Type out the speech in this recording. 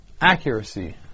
accuracy